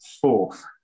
fourth